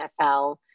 NFL